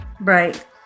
Right